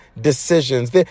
decisions